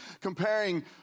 comparing